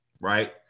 Right